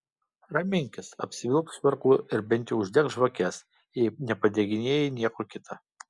raminkis apsivilk švarku ir bent jau uždek žvakes jei nepadeginėji nieko kita